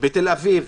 בתל אביב,